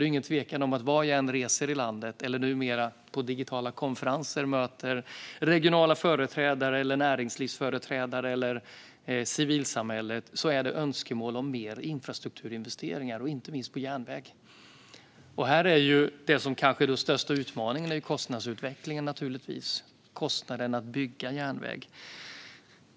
Var jag än reser i landet eller som numera när jag på digitala konferenser möter regionala företrädare, näringslivsföreträdare eller civilsamhället framför man önskemål om mer infrastrukturinvesteringar och inte minst på järnväg. Den kanske största utmaningen här är kostnadsutvecklingen, det vill säga kostnaden att bygga järnväg.